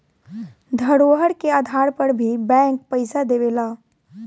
धरोहर के आधार पर भी बैंक पइसा देवेला